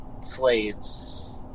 slaves